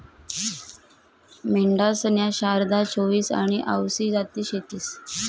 मेंढ्यासन्या शारदा, चोईस आनी आवसी जाती शेतीस